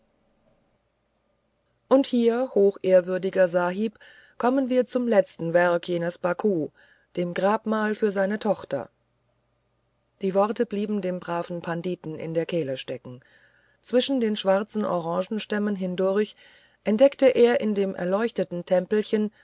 und hier hochehrwürdigster sahib kommen wir zum letzten werke jenes baku dem grabmal für seine tochter die worte blieben dem braven panditen in der kehle stecken zwischen den schwarzen orangestämmen hindurch entdeckte er in dem erleuchteten tempelchen